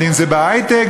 אם בהיי-טק,